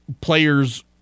players